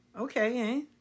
Okay